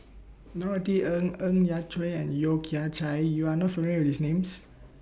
Norothy Ng Ng Yat Chuan and Yeo Kian Chai YOU Are not familiar with These Names